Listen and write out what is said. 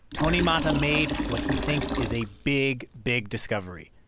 tony mata made what he thinks is a big, big discovery.